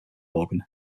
organ